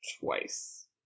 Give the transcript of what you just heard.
twice